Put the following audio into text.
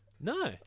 No